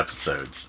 episodes